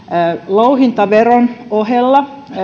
louhintaveron ohella